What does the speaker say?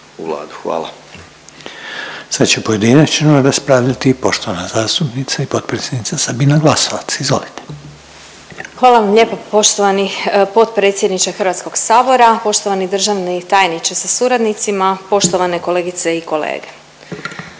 Željko (HDZ)** Sad će pojedinačno raspravljati poštovana zastupnica i potpredsjednica Sabina Glasovac. Izvolite. **Glasovac, Sabina (SDP)** Hvala vam lijepo poštovani potpredsjedniče Hrvatskog sabora. Poštovani državni tajniče sa suradnicima, poštovane kolegice i kolege,